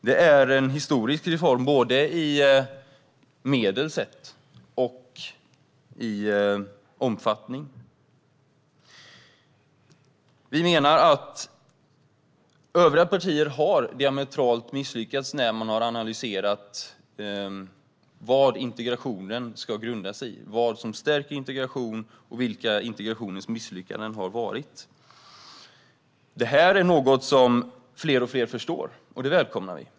Detta är en historisk reform vad gäller både medel och omfattning. Vi menar att övriga partier totalt har misslyckats när de har analyserat vad integrationen ska grunda sig i, vad som stärker integration och vilka misslyckanden som har gjorts i integrationen. Detta är något som fler och fler förstår, vilket vi välkomnar.